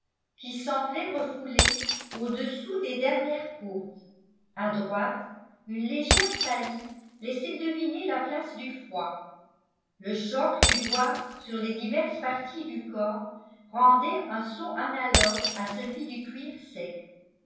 qui semblaient refoulées au-dessous des dernières côtes à droite une légère saillie laissait deviner la place du foie le choc du doigt sur les diverses parties du corps rendait un son analogue à celui du cuir sec